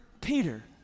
Peter